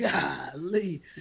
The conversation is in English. Golly